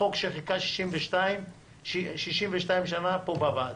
חוק שחיכה 62 שנה פה בוועדה.